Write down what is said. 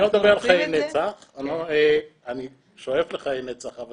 אני לא מדבר על חיי נצח, אני שואף לחיי נצח, אבל